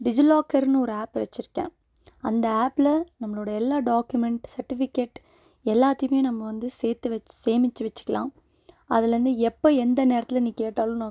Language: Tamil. டிஜிலாக்கர்ன்னு ஒரு ஆப் வச்சுருக்கேன் அந்த ஆப்பில் நம்மளோடய எல்லாம் டாக்யூமெண்ட் சர்ட்டிஃபிகேட் எல்லாத்தையும் நம்ம வந்து சேர்த்து வைச்சு சேமித்து வச்சுக்கலாம் அதுலேருந்து எப்போ எந்த நேரத்தில் நீ கேட்டாலும் நான்